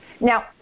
Now